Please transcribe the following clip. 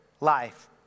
life